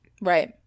Right